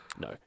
No